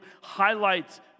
highlights